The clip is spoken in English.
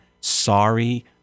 sorry